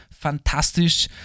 Fantastisch